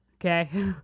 Okay